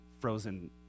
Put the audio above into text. frozen